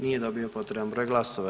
Nije dobio potreban broj glasova.